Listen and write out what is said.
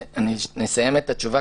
אסיים את התשובה,